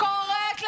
קוראת להם: